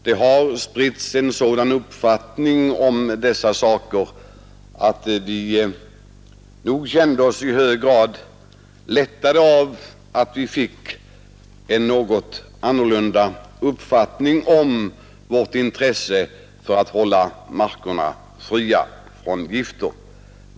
Det har spritts sådana uppfattningar om dessa gifters användande att vi i hög grad känner oss lättade över det intresse som finns för att hålla markerna fria från gifter.